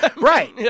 Right